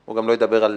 הוא גם לא ידבר על